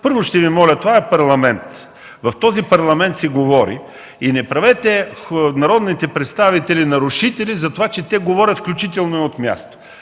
Първо, ще Ви моля, това е Парламент, в него се говори и не правете народните представители нарушители за това, че те говорят, включително и от място.